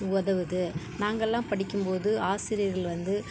உதவுது நாங்கெல்லாம் படிக்கும் போது ஆசிரியர்கள் வந்து